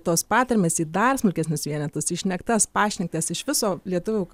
tos patarmės į dar smulkesnius vienetus į šnektas pašnektes iš viso lietuvių